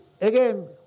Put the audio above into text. again